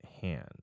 hand